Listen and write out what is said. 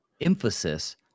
emphasis